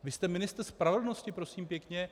Vy jste ministr spravedlnosti, prosím pěkně!